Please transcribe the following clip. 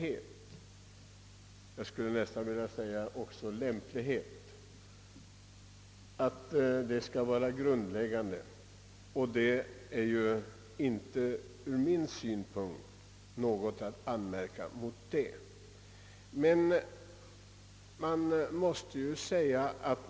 Det talas i svaret om att förtjänst och skicklighet skall vara grundläggande, och ur min synpunkt finns ingenting att anmärka mot detta, men jag skulle vilja tillägga ordet lämplighet.